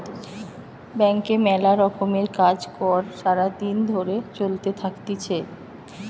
ব্যাংকে মেলা রকমের কাজ কর্ সারা দিন ধরে চলতে থাকতিছে